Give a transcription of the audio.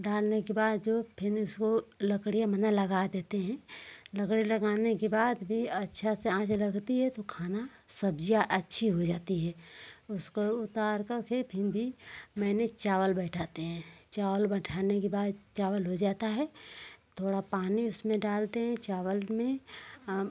डालने के बाद जो फिर उसको लकड़ियाँ मने लगा देते हैं लकड़ी लगाने के बाद भी अच्छा से आँच लगती है तो खाना सब्जियाँ अच्छी हो जाती हैं उसको उतार कर फिर भी मैंने चावल बैठाते हैं चावल बैठाने के बाद चावल हो जाता है थोड़ा पानी उसमें डालते हैं चावल में हम